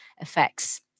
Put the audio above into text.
effects